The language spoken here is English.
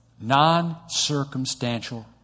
Non-circumstantial